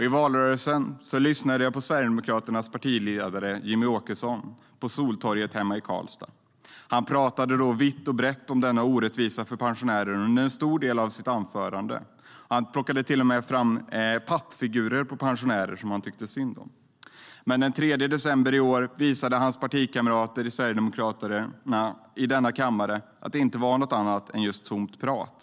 I valrörelsen lyssnade jag på Sverigedemokraternas partiledare Jimmie Åkesson på Soltorget hemma i Karlstad. Han pratade då vitt och brett om denna orättvisa för pensionärer under en stor del av sitt anförande. Han plockade till och med fram pappfigurer på pensionärer som han tyckte synd om. Men den 3 december i år visade hans partikamrater i Sverigedemokraterna i denna kammare att det inte var något annat än just tomt prat.